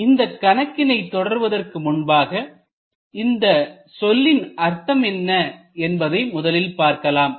எனவே இந்த கணக்கினை தொடர்வதற்கு முன்பாக இந்த சொல்லின் அர்த்தம் என்ன என்பதை முதலில் பார்க்கலாம்